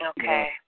Okay